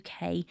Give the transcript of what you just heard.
UK